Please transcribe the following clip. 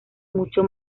mucho